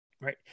right